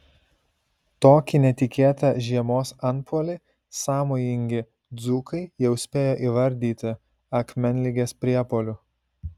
tokį netikėtą žiemos antpuolį sąmojingi dzūkai jau spėjo įvardyti akmenligės priepuoliu